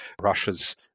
Russia's